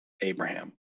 Abraham